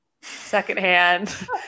secondhand